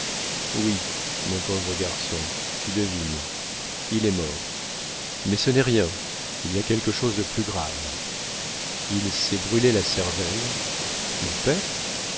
oui mon pauvre garçon tu devines il est mort mais ce n'est rien il y a quelque chose de plus grave il s'est brûlé la cervelle mon père